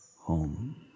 home